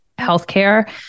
healthcare